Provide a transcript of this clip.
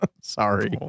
sorry